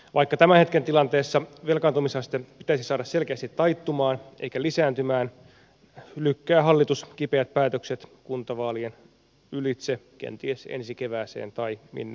vaikka tämän hetken tilanteessa velkaantumisaste pitäisi saada selkeästi taittumaan eikä lisääntymään lykkää hallitus kipeät päätökset kuntavaalien ylitse kenties ensi kevääseen tai minne lie